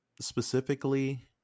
specifically